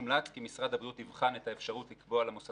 מומלץ כי משרד הבריאות יבחן את האפשרות לקבוע למוסדות